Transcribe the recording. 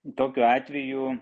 tokiu atveju